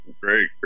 Great